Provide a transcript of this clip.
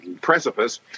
Precipice